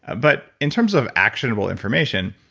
but in terms of actionable information,